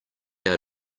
out